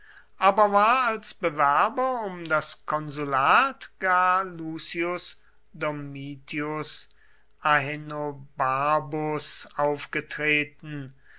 aber war als bewerber um das konsulat gar lucius domitius ahenobarbus aufgetreten